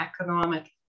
economic